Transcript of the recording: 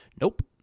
Nope